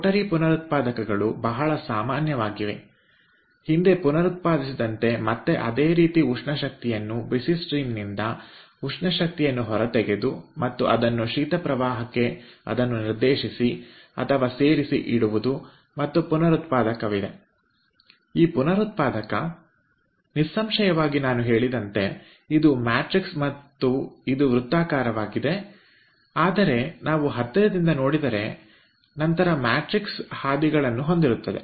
Rotary ಪುನರುತ್ಪಾದಕಗಳು ಬಹಳ ಸಾಮಾನ್ಯವಾಗಿದೆಹಿಂದೆ ಪುನರುತ್ಪಾದಿಸಿದಂತೆ ಮತ್ತೆ ಅದೇ ರೀತಿ ಉಷ್ಣ ಶಕ್ತಿಯನ್ನು ಬಿಸಿ ಹರಿವಿನಿಂದ ಉಷ್ಣ ಶಕ್ತಿಯನ್ನು ಹೊರತೆಗೆದು ಮತ್ತು ಅದನ್ನುಶೀತ ಪ್ರವಾಹಕ್ಕೆ ನಿರ್ದೇಶಿಸಿ ಅಥವಾ ಸೇರಿಸಿ ಇಡುವುದು ಪುನರುತ್ಪಾದಕದ ಕಾರ್ಯವಿದೆ ಈ ಪುನರುತ್ಪಾದಕಇದರಲ್ಲಿ ನಿಸ್ಸಂಶಯವಾಗಿ ನಾನು ಹೇಳಿದಂತೆ ಇದು ಮ್ಯಾಟ್ರಿಕ್ಸ್ ಅಥವಾ ವ್ಯೂಹ ಆಗಿದೆ ಮತ್ತು ಇದು ವೃತ್ತಾಕಾರವಾಗಿದೆ ಆದರೆ ನಾವು ಹತ್ತಿರದಿಂದ ನೋಡಿದರೆ ನಂತರ ಮ್ಯಾಟ್ರಿಕ್ಸ್ ಹಾದಿಗಳನ್ನು ಹೊಂದಿರುತ್ತದೆ